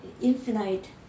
infinite